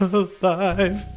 alive